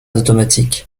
automatique